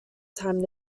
time